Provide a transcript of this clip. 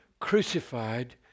crucified